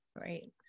Right